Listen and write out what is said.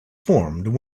formed